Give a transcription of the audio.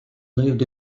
lived